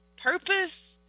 purpose